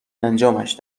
انجامش